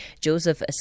Joseph